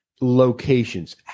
locations